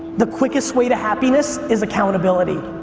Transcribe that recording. the quickest way to happiness is accountability.